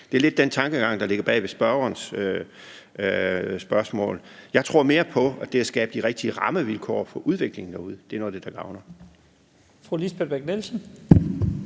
Det er lidt den tankegang, der ligger bag ved spørgerens spørgsmål. Jeg tror mere på, at det at skabe de rigtige rammevilkår for udviklingen derude, er noget, der kan